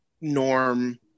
Norm